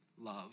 love